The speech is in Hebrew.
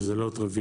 וזה לא טריוויאלי.